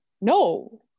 no